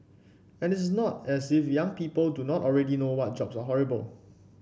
and it's not as if young people do not already know what jobs are horrible